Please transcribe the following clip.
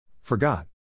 Forgot